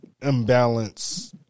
imbalance